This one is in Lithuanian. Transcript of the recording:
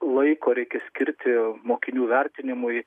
laiko reikia skirti mokinių vertinimui